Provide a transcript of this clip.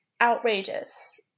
outrageous